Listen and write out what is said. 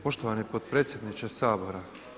Poštovani potpredsjedniče Sabora.